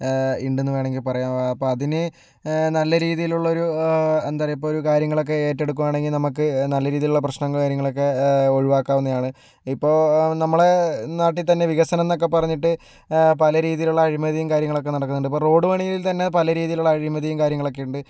ഉണ്ടെന്നു വേണമെങ്കിൽ പറയാം അപ്പോൾ അതിന് നല്ല രീതിയിലുള്ള ഒരു എന്താ പറയുക ഒരു കാര്യങ്ങളൊക്കെ ഏറ്റെടുക്കുകയാണെങ്കിൽ നമുക്ക് നല്ല രീതിയിലുള്ള പ്രശ്നങ്ങൾ കാര്യങ്ങളൊക്കെ ഒഴിവാക്കാവുന്നതാണ് ഇപ്പോൾ നമ്മളെ നാട്ടിൽ തന്നെ വികസനം എന്നൊക്കെ പറഞ്ഞിട്ട് പല രീതിയിലുള്ള അഴിമതിയും കാര്യങ്ങളൊക്കെ നടക്കുന്നുണ്ട് ഇപ്പോൾ റോഡ് പണിയിൽ തന്നെ പലരീതിയിലുള്ള അഴിമതിയും കാര്യങ്ങളൊക്കെ ഉണ്ട്